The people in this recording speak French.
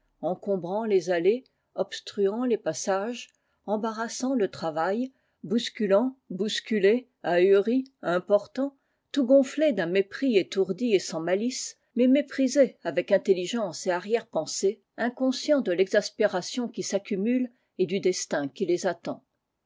entibrant les allées obstruant les passages barrassant le travail bousculant bousculés ahuris importants tout gonflés d'un mépris étourdi et sans malice mais méprisés avec intelligence et arrière-pensée inconscients de texaspération qui s'accumule et du destin qui les attend